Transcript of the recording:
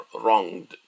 wronged